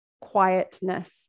quietness